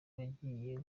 wagiye